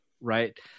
right